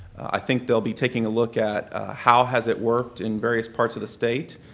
i think they'll be taking a look at how has it worked in various parts of the state.